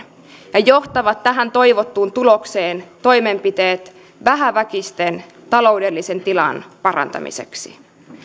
ja johtavat tähän toivottuun tulokseen toimenpiteet vähäväkisten taloudellisen tilan parantamiseksi